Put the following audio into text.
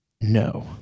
No